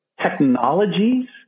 Technologies